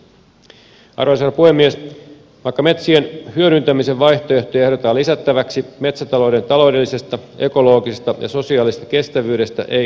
vaikka metsien hyödyntämisen vaihtoehtoja ehdotetaan lisättäväksi metsätalouden taloudellisesta ekologisesta ja sosiaalisesta kestävyydestä ei lakiesityksessä tingitä